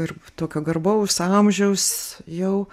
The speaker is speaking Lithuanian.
ir tokio garbaus amžiaus jau